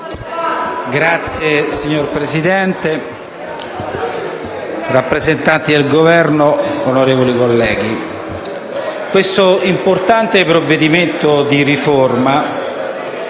*relatore*. Signora Presidente, rappresentanti del Governo, onorevoli colleghi, questo importante provvedimento di riforma,